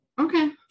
Okay